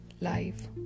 life